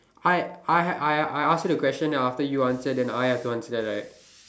hi I have I I ask you the question then after you answer then I have to answer that right